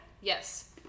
yes